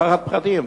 פחד פחדים.